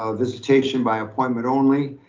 ah visitation by appointment only